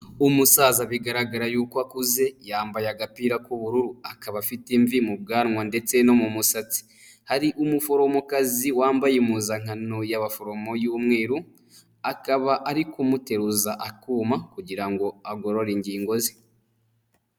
Umusaza bigaragara yuko akuze yambaye agapira k'ubururu akaba afite mbi mu bwanwa ndetse no mu musatsi, hari umuforomokazi wambaye impuzankano y'abaforomo y'umweru akaba arimo kumuteruza akuma kugira ngo agorore ingingo ze.